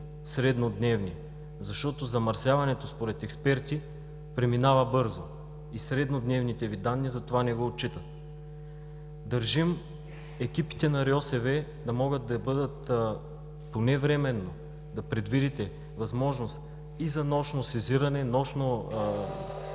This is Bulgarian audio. среднодневни, защото замърсяването според експерти преминава бързо и затова среднодневните Ви данни не го отчитат. Държим екипите на РИОСВ да могат да бъдат поне временно там. Да предвидите възможност и за нощно сезиране…